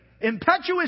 impetuous